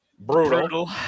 brutal